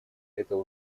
это